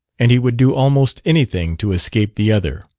and he would do almost anything to escape the other.